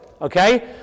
Okay